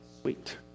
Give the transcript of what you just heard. sweet